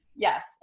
Yes